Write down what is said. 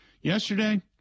yesterday